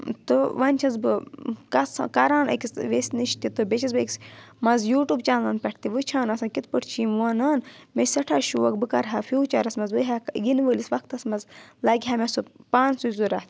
تہٕ وۄنۍ چھَس بہٕ کَس کَران أکِس وَیٚسِہ نِش تہِ تہٕ بیٚیہِ چھَس بہٕ أکِس منٛزٕ یوٗٹیوٗب چَنلَن پؠٹھ تہِ وٕچھان آسان کِتھ پٲٹھۍ چھِ یِم وُونان مےٚ سؠٹھاہ شوق بہٕ کَرٕ ہا فیوٗچَرَس منٛز بہٕ ہیٚکہٕ یِنہٕ وٲلِس وَکھتَس منٛز لَگہِ ہا مےٚ سُہ پانہٕ سُے ضوٚرَتھ